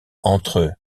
entre